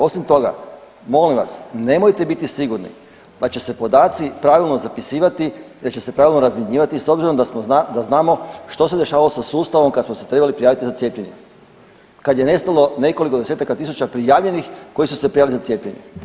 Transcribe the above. Osim toga, molim vas nemojte biti sigurni da će se podaci pravilno zapisivati, da će se pravilno razmjenjivati s obzirom da znamo što se dešavalo sa sustavom kad smo se trebali prijaviti za cijepljenje kad je nestalo nekoliko desetaka tisuća prijavljenih koji su se prijavili za cijepljenje.